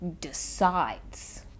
decides